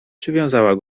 przywiązała